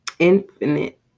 infinite